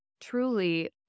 truly